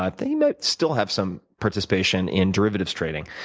ah though he might still have some participation in derivatives trading,